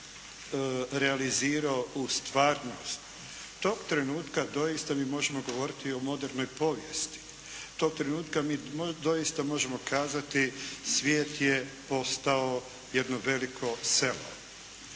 realizirao u stvarnost tog trenutka doista mi možemo govoriti o modernoj povijesti. Tog trenutka mi doista možemo kazati: «Svijet je postao jedno veliko selo.»